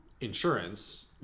insurance